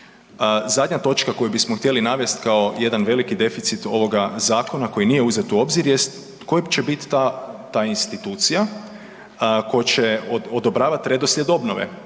Zadnja točka koju bismo htjeli navest kao jedan veliki deficit ovoga zakona koji nije uzet u obzir jest koja će biti ta institucija koja će odobravat redoslijed obnove.